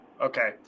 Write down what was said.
Okay